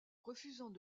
refusant